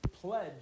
pledge